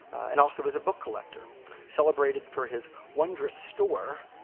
and also is a book collector celebrated for his wonderous store,